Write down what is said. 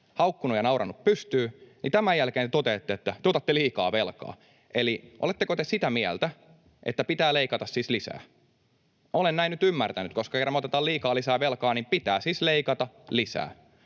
haukkuneet ja nauraneet pystyyn, niin tämän jälkeen te toteatte, että otetaan liikaa velkaa. Oletteko te sitä mieltä, että pitää siis leikata lisää? Olen näin nyt ymmärtänyt. Kerran me otetaan liikaa lisää velkaa, niin pitää siis leikata lisää.